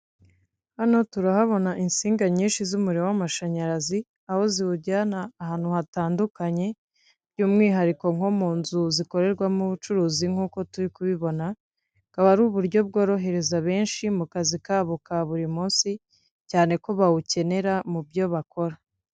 Hano turahabona insinga nyinshi z'umuriro w'amashanyarazi, aho ziwujyana ahantu hatandukanye, by'umwihariko nko mu nzu zikorerwamo ubucuruzi nkuko turi kubibona, bukaba ari uburyo bworohereza benshi mu kazi kabo ka buri munsi, cyane ko bawukenera mu byo bakora.